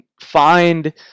find